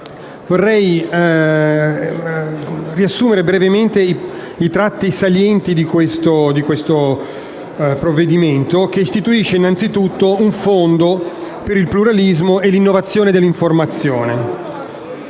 Vorrei riassumere brevemente i tratti salienti di questo provvedimento, che istituisce innanzitutto un Fondo per il pluralismo e l'innovazione dell'informazione,